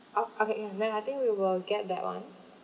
ok~ okay ya then I think we will get that [one]